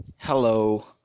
Hello